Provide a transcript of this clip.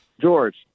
George